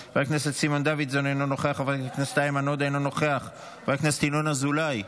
חבר הכנסת נאור שירי,